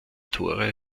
tore